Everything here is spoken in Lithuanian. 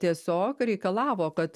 tiesiog reikalavo kad